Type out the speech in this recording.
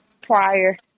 prior